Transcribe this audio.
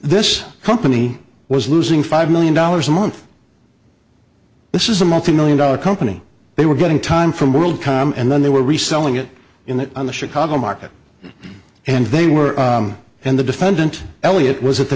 this company was losing five million dollars a month this is a multimillion dollar company they were getting time from world com and then they were reselling it in that on the chicago market and they were and the defendant elliott was at the